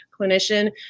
clinician